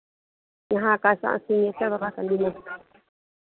यहाँ का अथि सिंहेश्वर बाबा का मंदिर